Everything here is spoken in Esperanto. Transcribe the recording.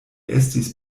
estis